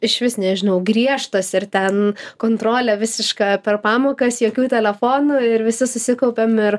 išvis nežinau griežtas ir ten kontrolė visiška per pamokas jokių telefonų ir visi susikaupiam ir